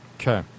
Okay